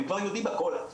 הם כבר יודעים הכול,